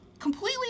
completely